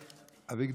אביגדור ליברמן.